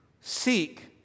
seek